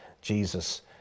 Jesus